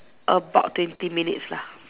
about twenty minutes lah